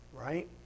right